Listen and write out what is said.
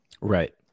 Right